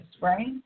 right